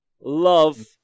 Love